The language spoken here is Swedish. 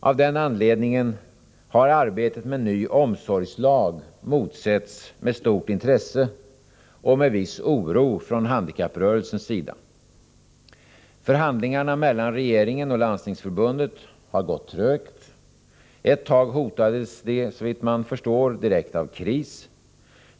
Av den anledningen har arbetet med en ny omsorgslag motsetts med stort intresse och med viss oro från handikapprörelsen. Förhandlingarna mellan regeringen och Landstingsförbundet har gått trögt. Ett tag hotades de — såvitt man förstår — direkt av kris.